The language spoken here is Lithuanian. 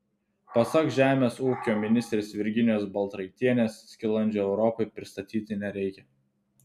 pasak žemės ūkio ministrės virginijos baltraitienės skilandžio europai pristatyti nereikia